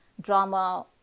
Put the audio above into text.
drama